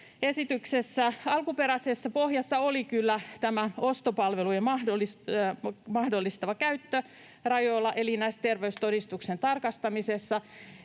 alkuperäisessä pohjassa oli kyllä tämä ostopalvelujen käytön mahdollistaminen rajoilla eli terveystodistuksen tarkastamisessa.